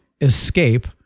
escape